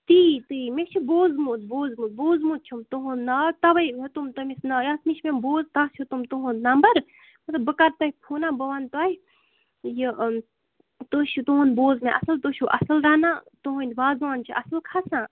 تی تی مےٚ چھُ بوٗزمُت بوٗزمُت بوٗزمُت چھُم تُہُنٛد ناو تَوے ہیٛوتُم تٔمِس یَس نِش مےٚ بوٗز تَس ہیٛوتُم تُہُنٛد نَمبَر مےٚ دوٛپ بہٕ کَرٕ تۄہہِ فونا بہٕ وَنہٕ تۄہہِ یہِ تُہۍ چھُ تُہُنٛد بوٗز مےٚ اصٕل تُہۍ چھِو اصٕل رَنان تُہٕنٛدۍ وازوان چھِ اصٕل کھسان